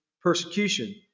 persecution